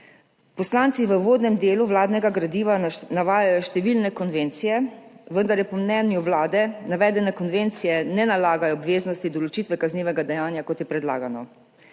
Poslanci v uvodnem delu vladnega gradiva navajajo številne konvencije, vendar po mnenju Vlade navedene konvencije ne nalagajo obveznosti določitve kaznivega dejanja, kot je predlagano.